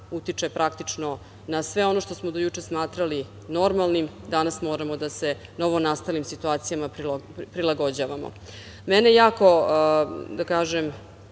utiče praktično na sve ono što smo do juče smatrali normalnim, danas moramo da se novonastalim situacijama prilagođavamo. Mene je jako, da kažem,